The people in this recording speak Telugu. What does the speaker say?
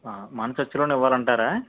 మన చర్చిలోనే ఇవ్వాలంటారా